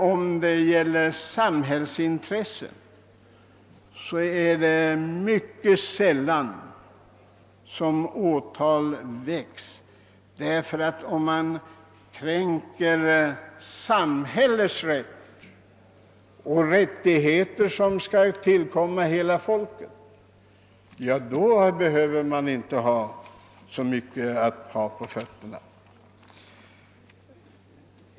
Om frågan gäller samhällsintressen är det mycket sällan som åtal väcks, ty om samhällets rätt kränkes och rättigheter som skall tillkomma hela folket åsidosättes är man inte så intresserad.